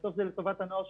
בסוף זה לטובת הנוער.